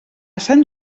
sant